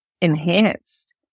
enhanced